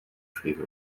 frigo